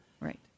Right